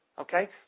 Okay